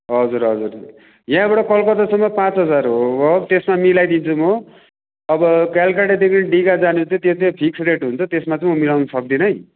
हजुर हजुर यहाँबाट कलकत्तासम्म पाँच हजार हो हो त्यसमा मिलाइदिन्छु म अब कलकत्तादेखि डिगा जाने चाहँ त्यो चाहिँ फिक्स रेट हुन्छ त्यसमा चाहिँ म मिलाउनु सक्दिनै